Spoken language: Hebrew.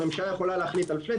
הממשלה יכולה להחליט על flat,